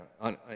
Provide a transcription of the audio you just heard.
on